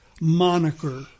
moniker